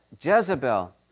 Jezebel